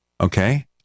Okay